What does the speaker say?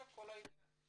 זה כל העניין.